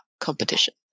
competition